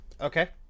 Okay